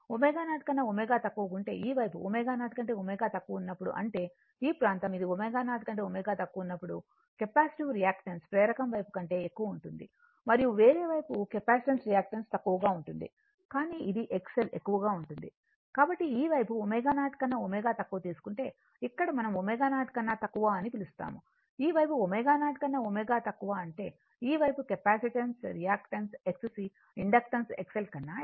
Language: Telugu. ω0 కన్నా ω తక్కువ ఉంటే ఈ వైపు ω0 కంటే ω తక్కువ ఉన్నప్పుడు అంటే ఈ ప్రాంతం అది ω0 కంటే ω తక్కువ ఉన్నప్పుడు కెపాసిటివ్ రియాక్టన్స్ ప్రేరకం వైపు కంటే ఎక్కువ ఉంటుంది మరియు వేరే వైపు కెపాసిటెన్స్ రియాక్టన్స్ తక్కువగా ఉంటుంది కానీ ఇది XL ఎక్కువగా ఉంటుంది కాబట్టి ఈ వైపు ω0 కన్నా ω తక్కువ తీసుకుంటే ఇక్కడ మనం ω0 కన్నా తక్కువ అని పిలుస్తాము ఈ వైపు ω0 కన్నా ω తక్కువ అంటే ఈ వైపు capacitance reactance XC inductance XL కన్నా ఎక్కువ